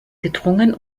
gedrungen